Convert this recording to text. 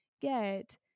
get